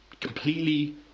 completely